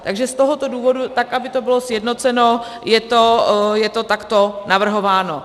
Takže z tohoto důvodu, tak aby to bylo sjednoceno, je to takto navrhováno.